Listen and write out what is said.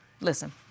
Listen